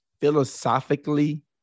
philosophically